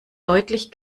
deutlich